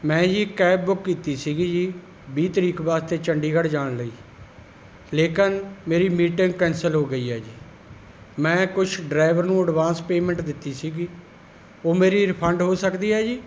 ਮੈਂ ਜੀ cab book ਕੀਤੀ ਸੀ ਜੀ ਵੀਹ ਤਰੀਕ ਵਾਸਤੇ ਚੰਡੀਗੜ੍ਹ ਜਾਣ ਲਈ ਲੇਕਿਨ ਮੇਰੀ ਮੀਟਿੰਗ ਕੈਂਸਲ ਹੋ ਗਈ ਹੈ ਜੀ ਮੈਂ ਕੁਛ ਡਰਾਈਵਰ ਨੂੰ ਐਡਵਾਂਸ ਪੇਮੈਂਟ ਦਿੱਤੀ ਸੀ ਉਹ ਮੇਰੀ ਰਿਫੰਡ ਹੋ ਸਕਦੀ ਹੈ ਜੀ